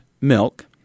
milk